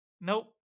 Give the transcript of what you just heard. Nope